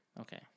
Okay